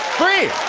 free!